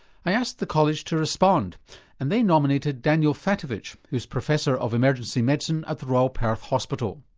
i asked the college to respond and they nominated daniel fatovich who's professor of emergency medicine at the royal perth hospital.